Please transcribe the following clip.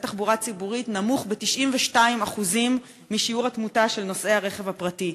תחבורה ציבורית נמוך ב-92% משיעור התמותה של נוסעי הרכב הפרטי.